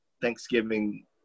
Thanksgiving